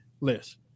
list